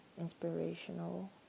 inspirational